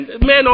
Men